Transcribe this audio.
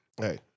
Hey